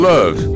Love